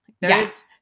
Yes